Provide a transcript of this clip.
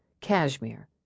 cashmere